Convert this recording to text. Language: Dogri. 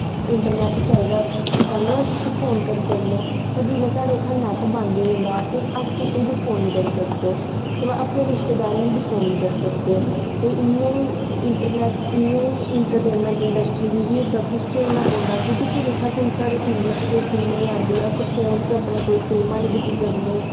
इंटरनैट्ट चाहिदा तांइयैं अस उस्सी फोन करी सकनें हां पर जिसले साढ़े इत्थै नैट्ट बंद होई जंदा फिर अस कुसै गी बी फोन नेईं करी सकदे सिवाए अपने रिश्तेदारें गी फोन नेईं करी सकदे ते इ'यां गै इंटरटेनमैंट इंडस्ट्री गी बी एह् सब कुछ झेलना पौंदा क्योंकि फिर इत्थै कोई साढ़े टी वी च कोई साढ़े फिल्म नेंई आंदी अस फोन च अपने कोई फिल्मां नेईं दिक्खी सकनें